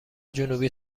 جنوبی